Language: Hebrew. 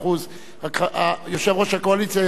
יושב-ראש הקואליציה יחשוב שאני,